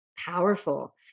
powerful